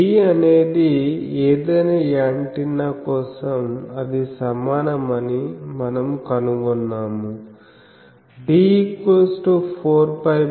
D అనేది ఏదైనా antenna కోసం అది సమానమని మనము కనుగొన్నాము